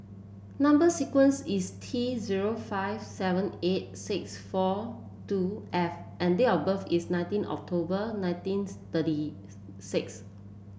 number sequence is T zero five seven eight six four two F and date of birth is nineteen October nineteen thirty six